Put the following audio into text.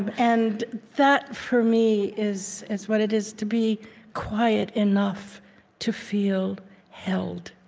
and that, for me, is is what it is to be quiet enough to feel held,